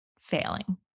failing